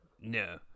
No